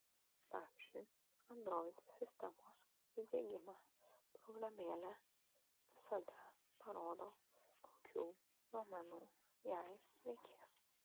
pavyzdžiui android sistemose įdiegiama programėlė visada parodo kokių duomenų jai reikės